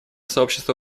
сообщество